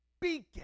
beacon